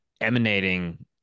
emanating